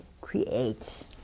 creates